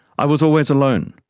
i was always alone.